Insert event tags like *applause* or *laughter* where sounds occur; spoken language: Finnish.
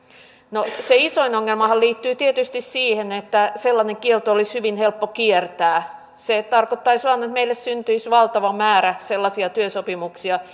no se isoin ongelmahan liittyy tietysti siihen että sellainen kielto olisi hyvin helppo kiertää se tarkoittaisi vain että meille syntyisi valtava määrä sellaisia työsopimuksia *unintelligible*